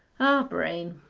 ah, brain,